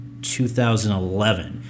2011